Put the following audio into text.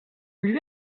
lui